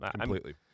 completely